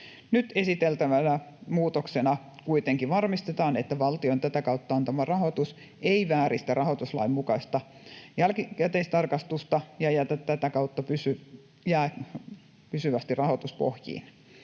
Nyt esiteltävänä muutoksena kuitenkin varmistetaan, että valtion tätä kautta antama rahoitus ei vääristä rahoituslain mukaista jälkikäteistarkastusta ja jää tätä kautta pysyvästi rahoituspohjiin.